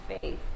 faith